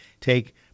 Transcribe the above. Take